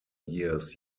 years